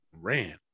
ran